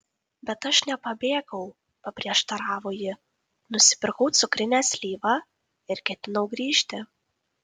bet aš nepabėgau paprieštaravo ji nusipirkau cukrinę slyvą ir ketinau grįžti